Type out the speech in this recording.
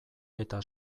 eta